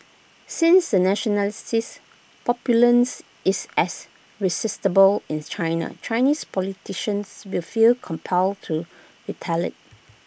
since the nationalistic populism is as resistible inse China Chinese politicians will feel compelled to retaliate